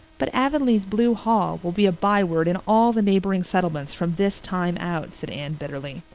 but avonlea's blue hall will be a byword in all the neighboring settlements from this time out, said anne bitterly.